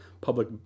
public